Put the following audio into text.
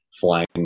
flying